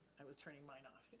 i was turning mine off.